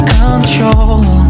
control